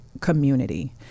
community